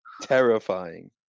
terrifying